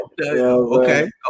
Okay